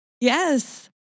Yes